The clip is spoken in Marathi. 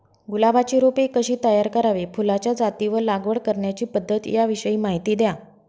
गुलाबाची रोपे कशी तयार करावी? फुलाच्या जाती व लागवड करण्याची पद्धत याविषयी माहिती द्या